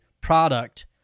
product